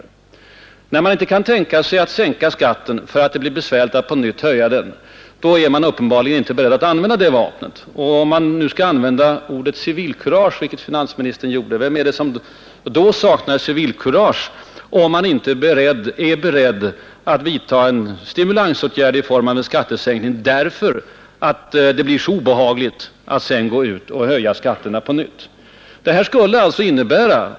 Om herr Sträng inte kan tänka sig att sänka skatten, därför att det blir besvärligt att på nytt höja den, är han uppenbarligen inte beredd att använda sådana vapen. Om man skall nyttja ordet ”civilkurage,” vilket finansministern gjorde, vem är det då som saknar civilkurage? Finansministern som inte vågar vidta en stimulansåtgärd i form av en skattesänkning, därför att det blir obehagligt att gå ut och höja skatten på nytt?